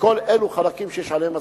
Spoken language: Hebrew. וכל אלה חלקים שיש עליהם הסכמה.